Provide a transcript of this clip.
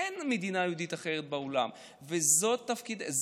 אין מדינה יהודית אחרת בעולם, וזה תפקידנו.